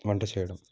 వంట చేయడం